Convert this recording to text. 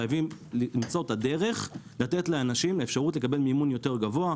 חייבים למצוא את הדרך לתת לאנשים אפשרות לקבל מימון יותר גבוה.